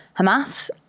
Hamas